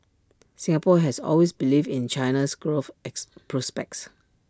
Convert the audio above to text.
Singapore has always believed in China's growth is prospects